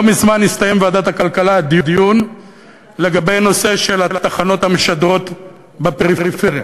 לא מזמן הסתיים בוועדת הכלכלה דיון בנושא התחנות המשדרות בפריפריה,